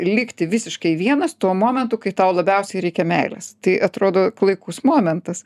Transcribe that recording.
likti visiškai vienas tuo momentu kai tau labiausiai reikia meilės tai atrodo klaikus momentas